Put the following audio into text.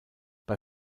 bei